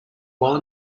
while